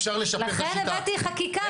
אפשר לשפר את השיטה רגע -- לכן הבאתי חקיקה,